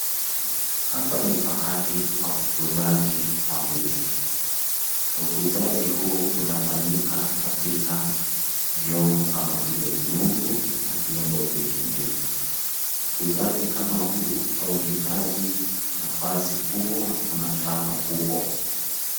Hapa ni pahali pa ukuzaji wa miti; ukuzaji huu unafanyika katika vyombo kama vile nyungu na vyombo vinginevyo. Ukuzaji kama huu hauhitaji nafasi kubwa ama shamba kubwa.